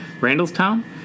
Randallstown